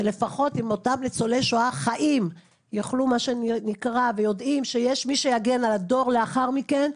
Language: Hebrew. שלפחות אותם ניצולי שואה חיים יודעים שיש מי שיגן על הדור לאחר מכן,